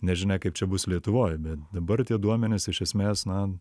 nežinia kaip čia bus lietuvoj bet dabar tie duomenys iš esmės na